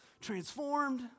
transformed